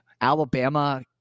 Alabama